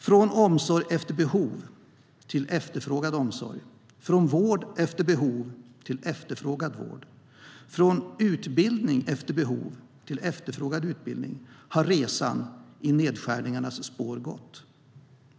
Från omsorg efter behov till efterfrågad omsorg, från vård efter behov till efterfrågad vård och från utbildning efter behov till efterfrågad utbildning har resan i nedskärningarnas spår gått.